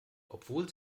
obwohl